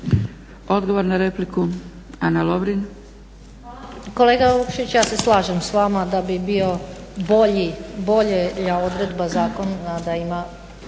Lovrin. **Lovrin, Ana (HDZ)** Kolega Vukšić ja se slažem s vama da bi bila bolja odredba zakona da ima